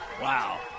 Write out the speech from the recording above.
Wow